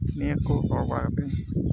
ᱱᱤᱭᱟᱹ ᱠᱚ ᱨᱚᱲ ᱵᱟᱲᱟ ᱠᱟᱛᱮᱫ ᱤᱧ